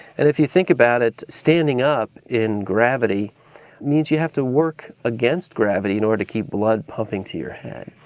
and if you think about it, standing up in gravity means you have to work against gravity in order to keep blood pumping to your head.